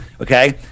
okay